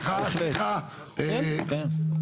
התפקיד שלי הוא גם להרוס ולפנות.